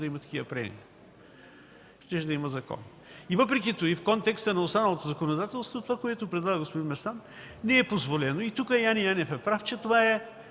да има такива прения – щеше да има закон. Въпреки това в контекста на останалото законодателство това, което предлага господин Местан, не е позволено. Тук Яне Янев е прав, че това е